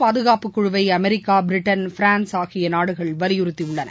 பாதுகாப்பு குழுவை America Britain France ஆகிய நாடுகள் வலியுறுத்தியுள்ளன